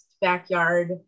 backyard